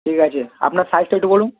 ঠিক আছে আপনার সাইজটা একটু বলুন